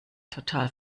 total